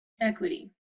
equity